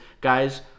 Guys